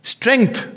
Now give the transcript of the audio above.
Strength